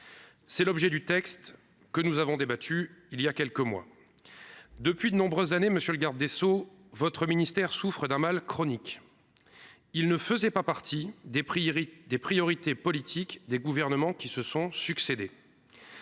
était l'objet du texte dont nous avons débattu il y a quelques mois. Depuis de nombreuses années, monsieur le garde des sceaux, votre ministère souffre d'un mal chronique. Il ne faisait pas partie des priorités politiques des gouvernements qui se sont succédé.